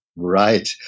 Right